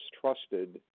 trusted